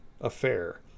affair